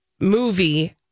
movie